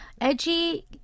edgy